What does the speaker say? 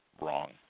wrong